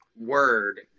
word